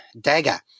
Dagger